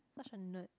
such a nerd